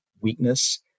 weakness